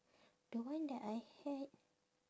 the one that I had